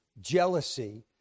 jealousy